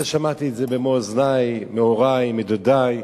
שמעתי את זה במו אוזני, מהורי, מדודי.